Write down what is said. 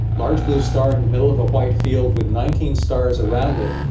large blue star in the middle of a white field with nineteen stars around it,